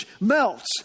melts